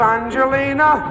Angelina